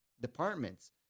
departments